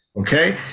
Okay